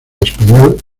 español